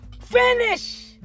Finish